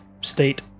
state